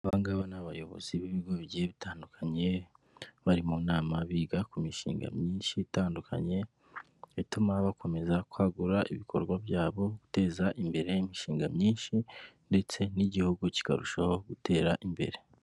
Aba ngaba ni abayobozi b'ibigo bigiye bitandukanye bari mu nama biga ku mishinga myinshi itandukanye, ituma bakomeza kwagura ibikorwa byabo, guteza imbere imishinga myinshi ndetse n'igihugu kikarushaho gutera imbere.